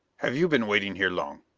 have you been waiting here long?